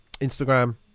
Instagram